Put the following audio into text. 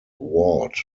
ward